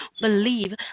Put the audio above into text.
believe